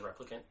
replicant